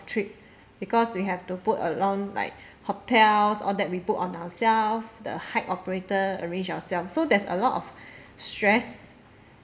trip because we have to book alone like hotels all that we book on ourself the hike operator arrange ourselves so there's a lot of stress